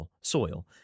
soil